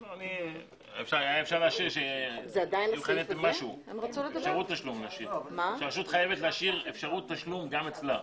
אפשר היה להשאיר שהרשות חייבת להשאיר אפשרות תשלום גם אצלה.